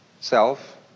self